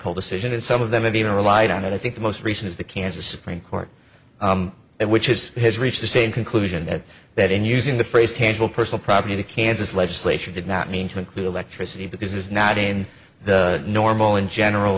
call decision and some of them have even relied on it i think the most recent is the kansas supreme court which is has reached the same conclusion that that in using the phrase tangible personal property to kansas legislature did not mean to include electricity because it is not in the normal in general